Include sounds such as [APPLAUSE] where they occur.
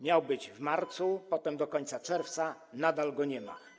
Miał być w marcu, [NOISE] potem - do końca czerwca, ale nadal go nie ma.